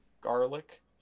Garlic